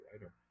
writer